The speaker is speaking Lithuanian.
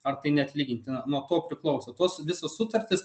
ar tai neatlygintina nuo ko priklauso tos visos sutartys